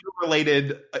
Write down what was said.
related